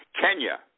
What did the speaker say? Kenya